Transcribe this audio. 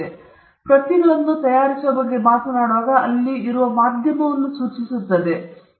ನಾವು ಪ್ರತಿಗಳನ್ನು ತಯಾರಿಸುವ ಬಗ್ಗೆ ಮಾತನಾಡುತ್ತಿದ್ದಾಗ ಅದು ಅಲ್ಲಿರುವ ಮಾಧ್ಯಮವನ್ನು ಸೂಚಿಸುತ್ತದೆ ಎಂದು ನೀವು ಅರ್ಥಮಾಡಿಕೊಳ್ಳುತ್ತೀರಿ